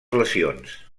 lesions